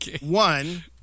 one